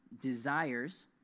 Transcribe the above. desires